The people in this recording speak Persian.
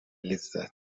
لذت